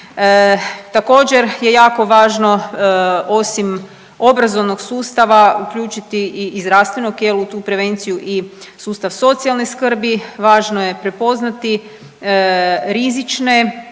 Također je jako važno osim obrazovnog sustava uključiti i zdravstvenog jel u tu prevenciju i sustav socijalne skrbi, važno je prepoznati rizične